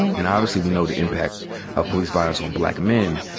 and obviously we know the impact of police violence on black men.